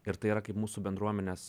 ir tai yra kaip mūsų bendruomenės